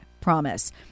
promise